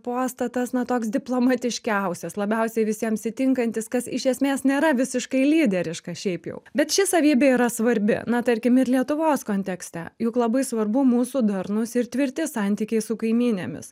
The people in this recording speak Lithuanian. postą tas na toks diplomatiškiausias labiausiai visiems įtinkantis kas iš esmės nėra visiškai lyderiška šiaip jau bet ši savybė yra svarbi na tarkim ir lietuvos kontekste juk labai svarbu mūsų darnūs ir tvirti santykiai su kaimynėmis